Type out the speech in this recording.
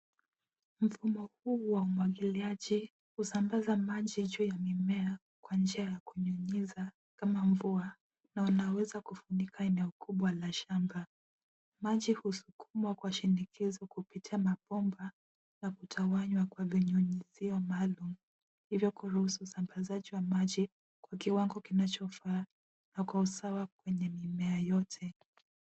Mfumo huu wa umwagiliaji husambaza maji juu ya mimea kwa njia ya kunyunyiza kama mvua na unaweza kufunika eneo kubwa la shamba. Maji husukumwa kwa shinikizo kupitia mabomba na kutawanywa kwa vinyunyizio maalum. Hivyo kuruhusu usambazaji wa maji kwa kiwango kinachofaa na kwa usawa kwenye mimea yote.